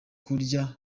kurya